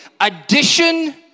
addition